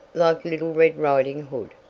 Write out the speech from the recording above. like little red riding hood,